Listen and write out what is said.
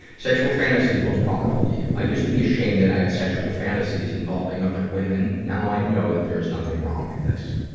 sexual fantasies most powerful to you i used to be ashamed that i had sexual fantasies involving other women. now i know that there's nothing wrong with this.